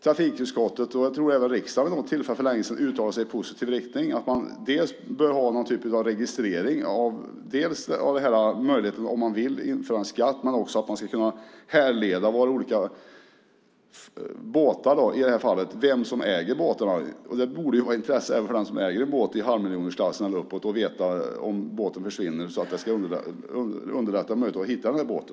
Trafikutskottet och även riksdagen, tror jag, har vid något tillfälle för länge sedan uttalat sig i positiv riktning när det gäller att man bör ha någon typ av registrering av fritidsbåtar om man skulle vilja införa en skatt och för att man ska kunna härleda vem som äger en båt, vilket borde vara av intresse även för den som äger en båt i halvmiljonersklassen eller mer. Om båten försvinner underlättar detta när man försöker hitta denna båt.